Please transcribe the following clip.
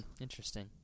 Interesting